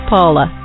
Paula